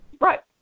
right